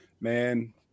Man